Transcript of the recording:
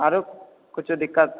आरो किछु दिक्कत